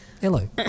Hello